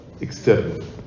external